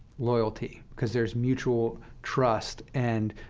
loyalty, because there's mutual trust. and